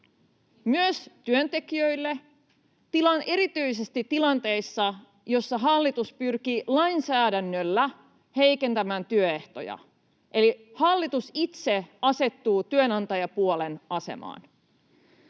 myös työntekijöille, erityisesti tilanteissa, joissa hallitus pyrkii lainsäädännöllä heikentämään työehtoja eli hallitus itse asettuu työnantajapuolen asemaan.